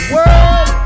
World